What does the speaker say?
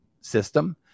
system